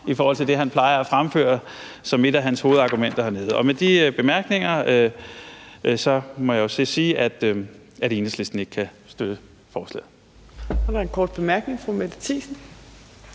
i forhold til det, han plejer at fremføre som et af sine hovedargumenter hernede. Med de bemærkninger må jeg sige, at Enhedslisten ikke kan støtte forslaget.